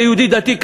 כיהודי דתי,